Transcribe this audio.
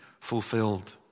fulfilled